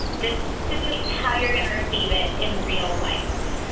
this simulates how you're going to receive it in real life.